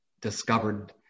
discovered